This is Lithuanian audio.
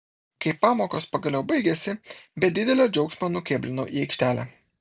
kai pamokos pagaliau baigėsi be didelio džiaugsmo nukėblinau į aikštelę